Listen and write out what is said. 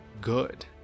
Good